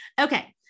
okay